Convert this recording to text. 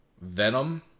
Venom